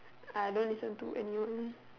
I don't listen to anyone